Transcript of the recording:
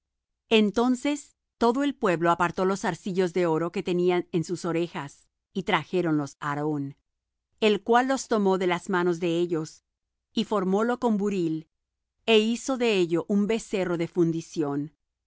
entonces todo el pueblo apartó los zarcillos de oro que tenían en sus orejas y trajéronlos á aarón el cual los tomó de las manos de ellos y formólo con buril é hizo de ello un becerro de fundición